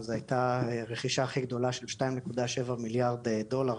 אבל זו הייתה הרכישה הכי גדולה של שתיים נקודה שבע מיליארד דולר